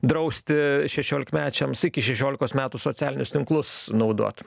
drausti šešiolikmečiams iki šešiolikos metų socialinius tinklus naudot